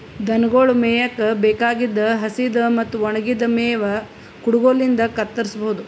ದನಗೊಳ್ ಮೇಯಕ್ಕ್ ಬೇಕಾಗಿದ್ದ್ ಹಸಿದ್ ಮತ್ತ್ ಒಣಗಿದ್ದ್ ಮೇವ್ ಕುಡಗೊಲಿನ್ಡ್ ಕತ್ತರಸಬಹುದು